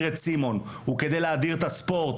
את סימון הוא כדי להאדיר את הספורט.